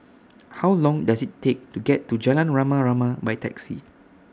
How Long Does IT Take to get to Jalan Rama Rama By Taxi